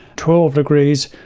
twelve degrees,